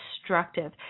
destructive